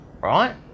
right